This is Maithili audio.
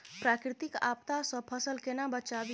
प्राकृतिक आपदा सं फसल केना बचावी?